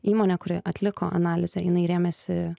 įmonė kuri atliko analizę jinai rėmėsi